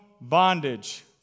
bondage